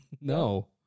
no